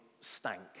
stank